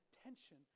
attention